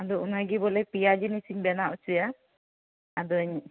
ᱟᱫᱚ ᱚᱱᱟ ᱜᱮ ᱵᱚᱞᱮ ᱯᱮᱭᱟ ᱡᱤᱱᱤᱥᱤᱧ ᱵᱮᱱᱟᱣ ᱚᱪᱚᱭᱟ ᱟᱫᱚᱧ